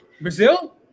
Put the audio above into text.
Brazil